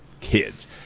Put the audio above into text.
kids